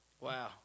Wow